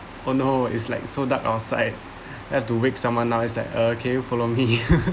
oh no it's like so dark outside then I have to wait someone now is that okay follow me